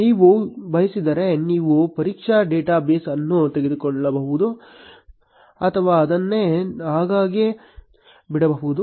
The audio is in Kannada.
ನೀವು ಬಯಸಿದರೆ ನೀವು ಪರೀಕ್ಷಾ ಡೇಟಾ ಬೇಸ್ ಅನ್ನು ತೆಗೆದುಹಾಕಬಹುದು ಅಥವಾ ಅದನ್ನು ಹಾಗೆಯೇ ಬಿಡಬಹುದು